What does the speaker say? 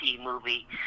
movie